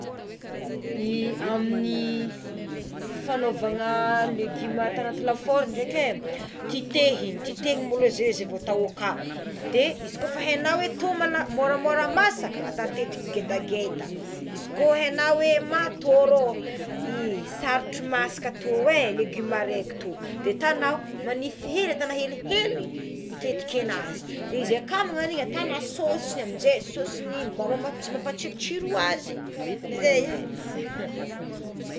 Amigny fanaovana legioma ata anaty lafaoro ndreky é titehina titehiny maloha zay vao atao aka de izy ko efa haignao hoe to mala- moramora masaka da tetika gedageda izy ko haignao hoe ma to rô sarotra masaka tô oé ny legioma araiky to de tanao manifinify atanao helihely ny tetikenazy de izy aka magnan'igny ataona saosy amizay saosin'igno magnao mab- mampatsirotsiro azy zegny é.